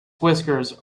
whiskers